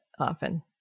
often